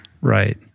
Right